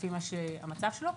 לפי המצב שלו.